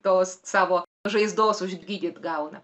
tos savo žaizdos užgydyt gauna